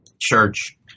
church